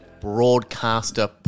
broadcaster